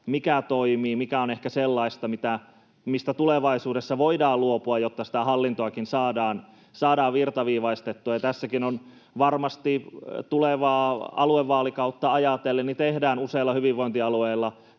mikä toimii, mikä on ehkä sellaista, mistä tulevaisuudessa voidaan luopua, jotta sitä hallintoakin saadaan virtaviivaistettua. Tässäkin varmasti tulevaa aluevaalikautta ajatellen tehdään useilla hyvinvointialueilla